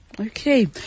Okay